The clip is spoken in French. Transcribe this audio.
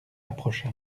approcha